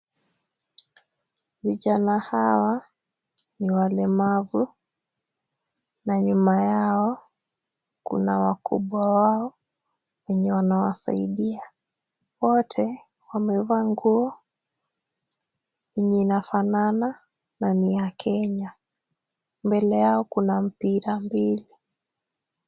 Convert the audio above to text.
Vijana hawa ni walemavu na nyuma yao kuna wakubwa wao wenye wanawasaidia .Wote wamevaa nguo yenye inafanana na ni ya Kenya. Mbele yao kuna mpira mbili